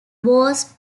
was